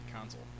console